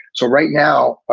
so right now,